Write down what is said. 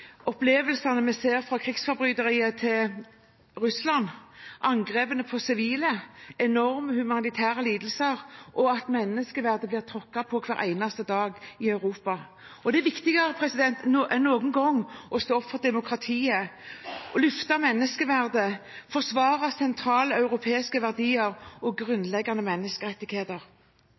vi ser av Russlands krigsforbrytelser – angrep på sivile, enorme humanitære lidelser, og at menneskeverdet blir tråkket på hver eneste dag i Europa. Det er viktigere enn noen gang å stå opp for demokratiet, løfte menneskeverdet, forsvare sentrale europeiske verdier og grunnleggende menneskerettigheter.